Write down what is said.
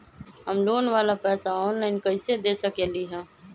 हम लोन वाला पैसा ऑनलाइन कईसे दे सकेलि ह?